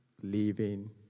Living